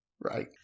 Right